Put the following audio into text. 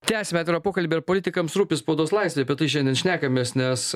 tęsiam atvirą pokalbį ar politikams rūpi spaudos laisvė apie tai šiandien šnekamės nes